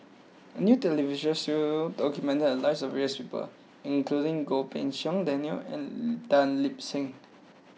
a new television show documented the lives of various people including Goh Pei Siong Daniel and Tan Lip Seng